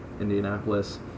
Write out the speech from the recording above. Indianapolis